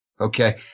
Okay